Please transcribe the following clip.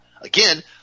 Again